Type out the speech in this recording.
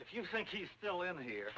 if you think he's still in here